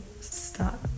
stop